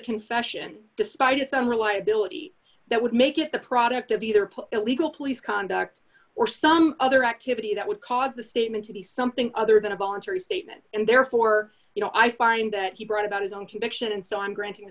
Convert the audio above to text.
confession despite its own reliability that would make it the product of either put it legal police conduct or some other activity that would cause the statement to be something other than a voluntary statement and therefore you know i find that he brought about his own conviction and so i'm granting